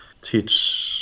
teach